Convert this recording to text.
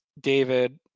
David